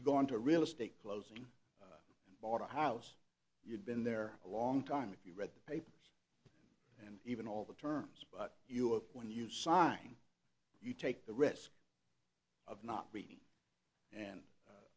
you go into real estate closing bought a house you've been there a long time if you read the paper and even all the terms you up when you sign you take the risk of not reading and